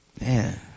Man